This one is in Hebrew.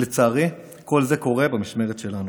ולצערי, כל זה קורה במשמרת שלנו.